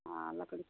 हाँ लकड़ी